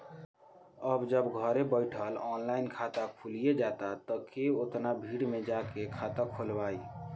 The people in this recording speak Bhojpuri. अब जब घरे बइठल ऑनलाइन खाता खुलिये जाता त के ओतना भीड़ में जाके खाता खोलवाइ